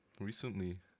recently